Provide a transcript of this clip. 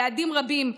היעדים רבים,